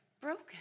Broken